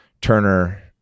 Turner